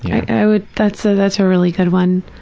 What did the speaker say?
i would, that's ah that's a really good one,